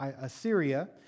Assyria